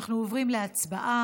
אנחנו עוברים להצבעה.